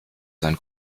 sein